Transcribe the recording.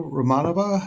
Romanova